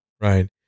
Right